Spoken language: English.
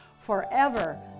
forever